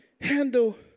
handle